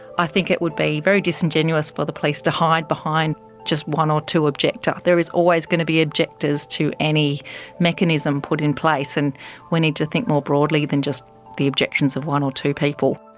i think it would be very disingenuous for the police to hide behind just one or two objectors. there is always going to be objectors to any mechanism put in place and we need to think more broadly than just the objections of one or two people.